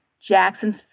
Jackson's